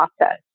process